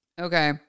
Okay